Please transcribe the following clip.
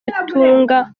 rutunga